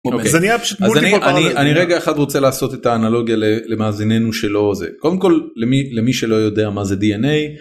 אני רגע אחד רוצה לעשות את האנלוגיה למאזיננו שלא זה קודם כל למי למי שלא יודע מה זה dna.